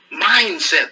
mindset